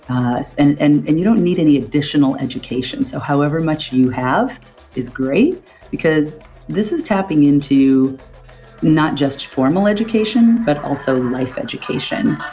and and and you don't need any additional education. so however much you have is great because this is tapping into not just formal education but also life education.